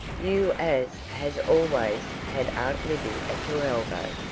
you as has always had aunt libby at your elbow,